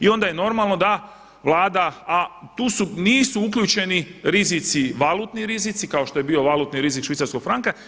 I onda je normalno da Vlada, a tu nisu uključeni rizici, valutni rizici kao što je bio valutni rizik švicarskog franka.